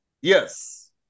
yes